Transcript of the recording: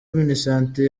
minisante